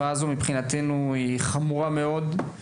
מבחינתנו, התופעה הזו חמורה מאוד.